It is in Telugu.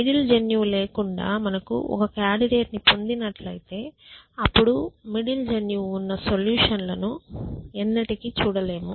మిడిల్ జన్యువు లేకుండా మనకు ఒక కాండిడేట్ ని పొందినట్లైతే అప్పుడు మిడిల్ జన్యువు ఉన్న సొల్యూషన్ లను ఎన్నటికీ చూడలేము